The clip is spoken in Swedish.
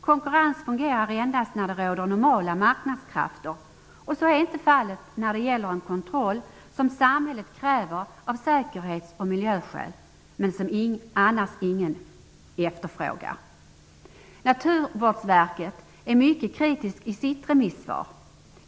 Konkurrens fungerar endast när det råder normala marknadskrafter, och så är inte fallet när det gäller en kontroll som samhället kräver av säkerhets och miljöskäl, men som annars ingen efterfrågar. Naturvårdsverket är mycket kritiskt i sitt remissvar.